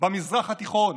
במזרח התיכון